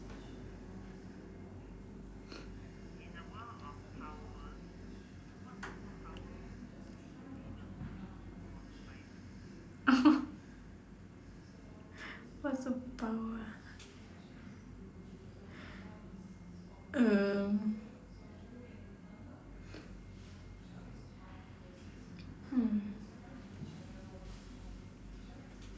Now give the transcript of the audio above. oh what superpower ah um hmm